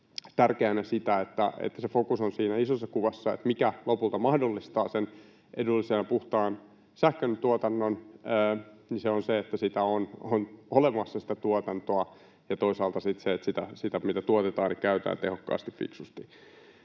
tärkeänä sitä, että fokus on siinä isossa kuvassa, siinä, mikä lopulta mahdollistaa sen edullisen ja puhtaan sähköntuotannon: se on se, että sitä tuotantoa on olemassa, ja toisaalta sitten se, että sitä, mitä tuotetaan, käytetään tehokkaasti, fiksusti